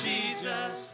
Jesus